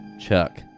Chuck